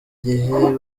gihe